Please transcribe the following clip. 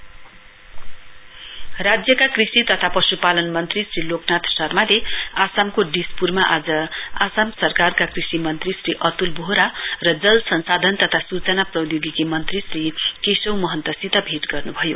agriculture minister राज्यका कृषि तथा पशुपाल मन्त्री श्री लोकनाथ शर्माले आसामको डिसपुरमा आज आसाम सरकारका कृषि मन्त्री श्री अतुल बोहरा र जलसंसाधन तथा सूचना प्रौद्योगिकी मन्त्री श्री केशव महन्तसित भेट गर्नुभयो